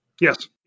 Yes